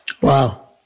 wow